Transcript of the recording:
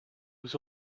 was